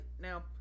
Now